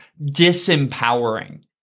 disempowering